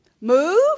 Move